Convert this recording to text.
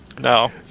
No